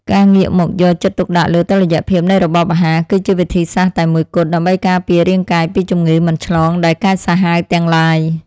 ការងាកមកយកចិត្តទុកដាក់លើតុល្យភាពនៃរបបអាហារគឺជាវិធីសាស្ត្រតែមួយគត់ ដើម្បីការពាររាងកាយពីជំងឺមិនឆ្លងដែលកាចសាហាវទាំងឡាយ។